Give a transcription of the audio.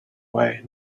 way